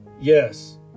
yes